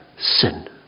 sin